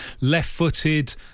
left-footed